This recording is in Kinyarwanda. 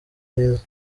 heza